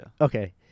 Okay